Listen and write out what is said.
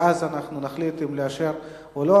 ואז אנחנו נחליט אם לאשר או לא,